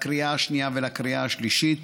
לקריאה השנייה ולקריאה השלישית.